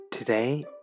Today